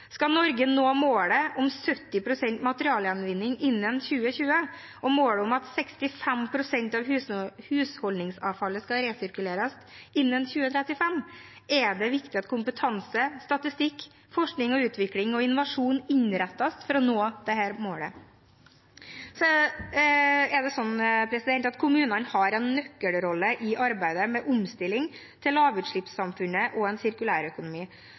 Skal Norge nå målet om 70 pst. materialgjenvinning innen 2020 og målet om at 65 pst. av husholdningsavfallet skal resirkuleres innen 2035, er det viktig at kompetanse, statistikk, forskning og utvikling og innovasjon innrettes for å nå dette målet. Kommunene har en nøkkelrolle i arbeidet med omstilling til lavutslippssamfunnet og en